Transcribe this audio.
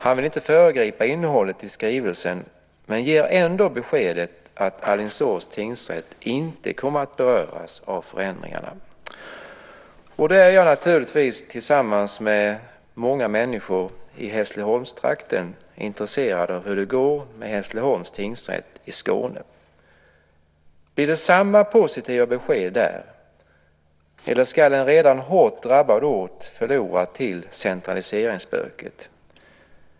Han vill inte föregripa innehållet i skrivelsen men ger ändå beskedet att Alingsås tingsrätt inte kommer att beröras av förändringarna. Tillsammans med många människor i Hässleholmstrakten är jag intresserad av hur det går med Hässleholms tingsrätt i Skåne. Blir det samma positiva besked där? Eller ska en redan hårt drabbad ort förlora till centraliseringsspöket?